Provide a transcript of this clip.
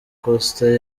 coaster